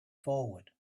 forward